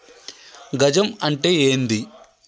గజం అంటే ఏంది?